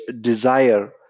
desire